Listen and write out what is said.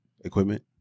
Equipment